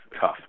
tough